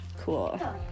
Cool